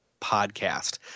podcast